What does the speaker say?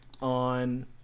on